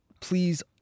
please